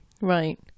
Right